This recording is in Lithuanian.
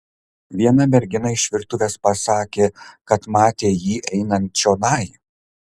viena mergina iš virtuvės pasakė kad matė jį einant čionai